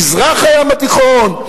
מזרח הים התיכון.